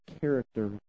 character